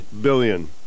billion